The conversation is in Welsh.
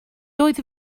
doedd